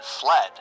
fled